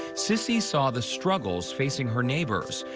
sissy saw the struggles facing her neighbors,